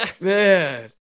Man